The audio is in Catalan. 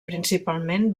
principalment